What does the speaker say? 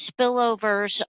spillovers